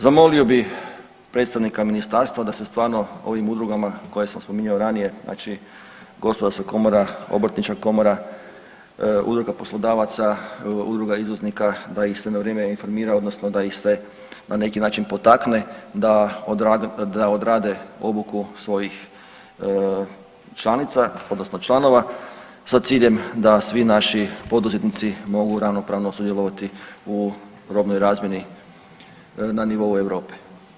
Zamolio bih predstavnika Ministarstva da se stvarno ovim udrugama koje sam spominjao ranije, znači Gospodarska komora, Obrtnička komora, Udruga poslodavaca, Udruga izvoznika, da ih se na vrijeme informira odnosno da ih se na neki način potakne da odrade obuku svojih članica odnosno članova, sa ciljem da svi naši poduzetnici mogu ravnopravno sudjelovati u robnoj razmjeni na nivou Europe.